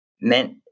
meant